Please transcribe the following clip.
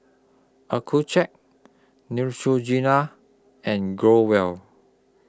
Accucheck Neutrogena and Growell